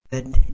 Good